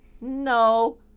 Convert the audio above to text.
no